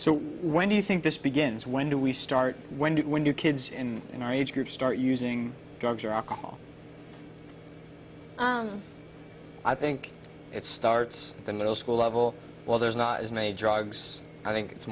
so when do you think this begins when do we start when when do kids in our age group start using drugs or alcohol i think it starts the middle school level well there's not as many drugs i think it's